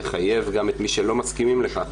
לחייב גם את מי שלא מסכימים לכך,